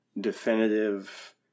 definitive